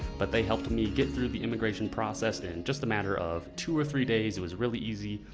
but they helped me get through the immigration process in just a matter of two or three days. it was really easy.